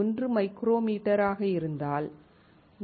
1 மைக்ரோமீட்டராக இருந்தால்